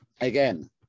again